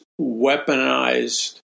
weaponized